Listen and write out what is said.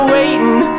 Waiting